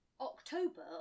October